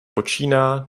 počíná